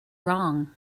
wrong